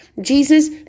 Jesus